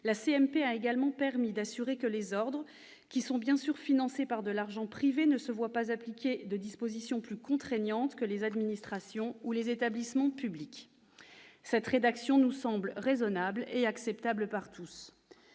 La CMP a également permis d'assurer que les ordres, qui sont bien sûr financés par de l'argent privé, ne se voient pas appliquer des dispositions plus contraignantes que celles qui concernent les administrations ou les établissements publics. Cette rédaction nous semble raisonnable et acceptable par tous.